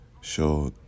show